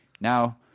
Now